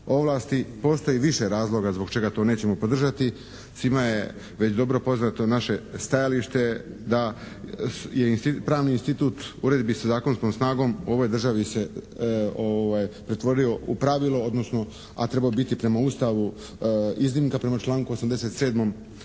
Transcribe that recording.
ovlasti. Postoji više razloga zbog čega to nećemo podržati. Svima je već dobro poznato naše stajalište da je pravni institut uredbi za zakonskom snagom u ovoj državi se pretvorio u pravilo, odnosno, a trebao bi biti prema Ustavu iznimka prema članku 87. Ustava